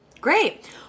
Great